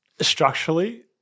Structurally